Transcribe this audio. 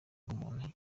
bw’umuntu